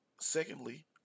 Secondly